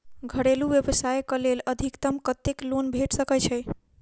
घरेलू व्यवसाय कऽ लेल अधिकतम कत्तेक लोन भेट सकय छई?